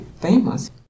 famous